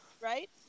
right